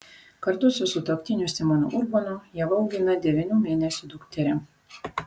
kartu su sutuoktiniu simonu urbonu ieva augina devynių mėnesių dukterį